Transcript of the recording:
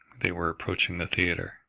they were approaching the theatre.